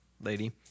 lady